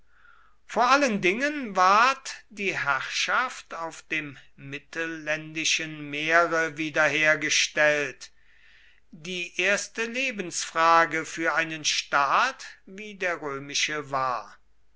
vor allen dingen ward die herrschaft auf dem mittelländischen meere wiederhergestellt die erste lebensfrage für einen staat wie der römische war